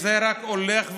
וזה רק הולך ויורד.